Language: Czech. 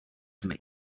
tmy